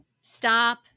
Stop